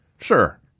Sure